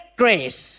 grace